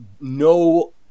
no